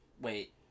Wait